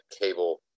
cable